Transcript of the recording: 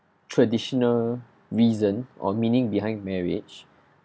traditional reason or meaning behind marriage